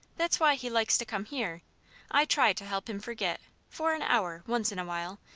that's why he likes to come here i try to help him forget, for an hour, once in a while,